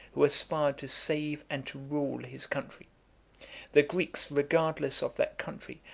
who aspired to save and to rule his country the greeks, regardless of that country,